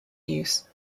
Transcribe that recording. use